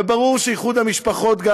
וברור שאיחוד המשפחות גם,